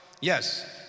yes